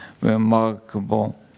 remarkable